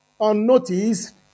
unnoticed